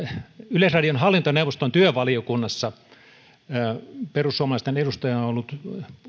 yleisradion hallintoneuvoston työvaliokunnassa perussuomalaisten edustajana ollut